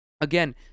Again